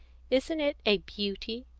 isn't it a beauty?